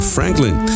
Franklin